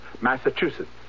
Massachusetts